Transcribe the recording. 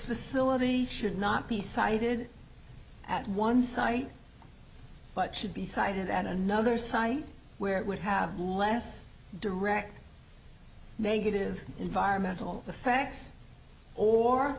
facility should not be sited at one site but should be sited at another site where it would have less direct negative environmental effects or